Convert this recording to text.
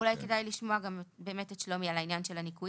אולי כדאי לשמוע באמת את שלומי על העניין של התגמולים.